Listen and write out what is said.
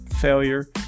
failure